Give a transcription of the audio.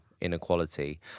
inequality